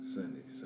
Sunday